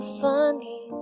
funny